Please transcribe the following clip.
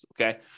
okay